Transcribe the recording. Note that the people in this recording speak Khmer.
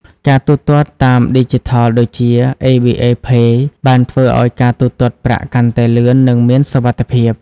ការទូទាត់តាមឌីជីថលដូចជា ABA Pay បានធ្វើឱ្យការទូទាត់ប្រាក់កាន់តែលឿន និងមានសុវត្ថិភាព។